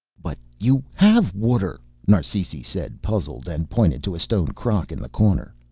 but you have water, narsisi said, puzzled, and pointed to a stone crock in the corner.